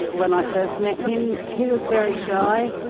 when i first met him. he was very shy,